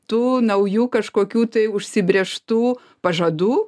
tų naujų kažkokių tai užsibrėžtų pažadų